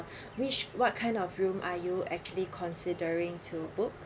which what kind of room are you actually considering to book